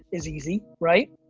is easy, right?